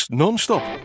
non-stop